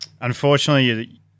Unfortunately